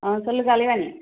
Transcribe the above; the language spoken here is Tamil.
ஆ சொல் கலைவாணி